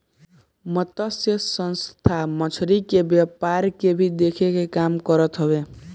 मतस्य संस्था मछरी के व्यापार के भी देखे के काम करत हवे